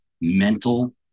Mental